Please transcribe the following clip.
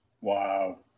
Wow